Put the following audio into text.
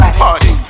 party